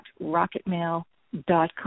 rocketmail.com